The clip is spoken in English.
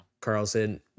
Carlson